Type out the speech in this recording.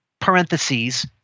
parentheses